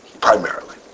Primarily